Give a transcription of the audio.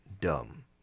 dumb